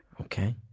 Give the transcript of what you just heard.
Okay